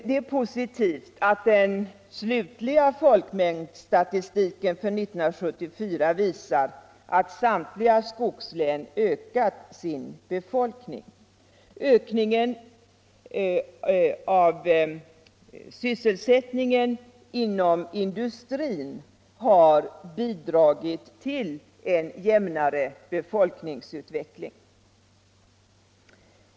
Det är positivt att den slutliga folkmängdsstatistiken för 1974 visar att samtliga skogslän ökat sin befolkning. Ökningen av sysselsättningen inom industrin har bidragit till en jämnare befolkningsutveckling.